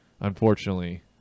Unfortunately